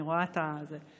אני רואה את זה.